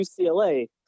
UCLA